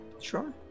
Sure